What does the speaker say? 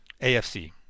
AFC